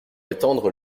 étendre